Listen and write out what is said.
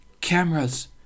Cameras